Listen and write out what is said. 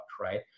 right